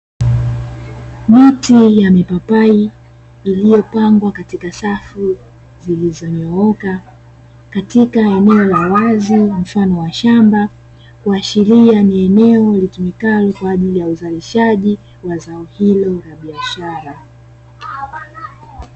Miti ya mipapai iliyopangwa katika safu zilizonyooka katika eneo la wazi mfano wa shamba, kuashiria ni eneo litumikalo kwa ajili ya uzalishaji wa zao hilo la biashara.